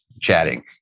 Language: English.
chatting